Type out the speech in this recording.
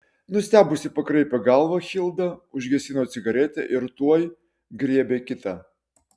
nustebusi pakraipė galvą hilda užgesino cigaretę ir tuoj griebė kitą